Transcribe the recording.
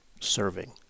serving